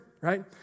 right